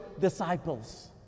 disciples